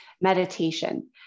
meditation